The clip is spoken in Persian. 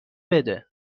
بده